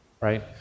right